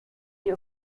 die